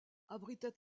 abritait